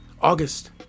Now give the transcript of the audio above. August